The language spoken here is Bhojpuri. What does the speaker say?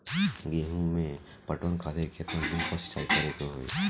गेहूं में पटवन खातिर केतना दिन पर सिंचाई करें के होई?